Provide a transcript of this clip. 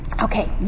okay